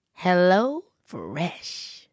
HelloFresh